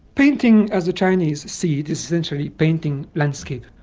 painting as the chinese see it is essentially painting landscape.